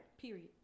Period